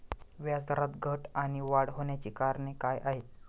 व्याजदरात घट आणि वाढ होण्याची कारणे काय आहेत?